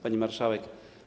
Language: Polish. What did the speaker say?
Pani Marszałek!